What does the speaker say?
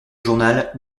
journal